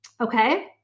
Okay